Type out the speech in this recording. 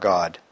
God